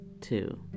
two